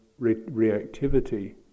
reactivity